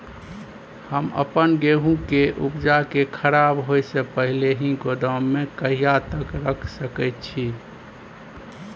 हम अपन गेहूं के उपजा के खराब होय से पहिले ही गोदाम में कहिया तक रख सके छी?